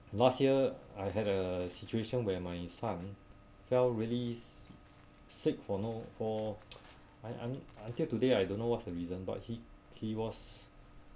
last year I had a situation where my son fell really sick for no for until today I don't know what's the reason but he he was